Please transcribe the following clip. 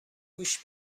گوشت